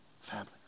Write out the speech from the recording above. Family